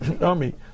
army